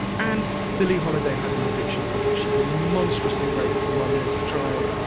and billie holiday had an addiction problem. she'd been monstrously raped for money as a child,